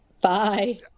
Bye